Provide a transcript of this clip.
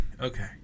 okay